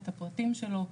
את הפרטים שלו.